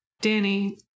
danny